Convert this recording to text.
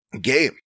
game